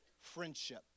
friendship